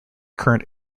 current